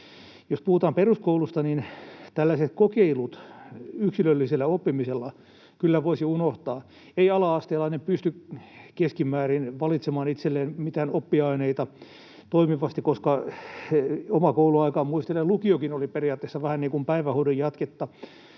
Jos puhutaan peruskoulusta, niin tällaiset kokeilut yksilöllisellä oppimisella voisi kyllä unohtaa. Ei ala-astelainen pysty keskimäärin valitsemaan itselleen mitään oppiaineita toimivasti, koska — omaa kouluaikaani muistelen — lukiokin oli periaatteessa vähän niin kuin päivähoidon jatketta: